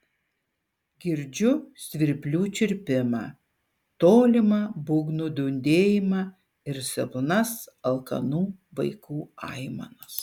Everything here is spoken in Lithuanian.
girdžiu svirplių čirpimą tolimą būgnų dundėjimą ir silpnas alkanų vaikų aimanas